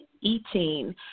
eating